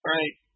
Right